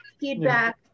feedback